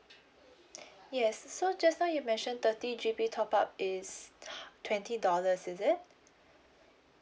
yes so just now you mention thirty G_B top up is twenty dollars is it